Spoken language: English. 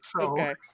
okay